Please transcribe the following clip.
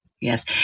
Yes